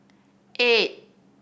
eight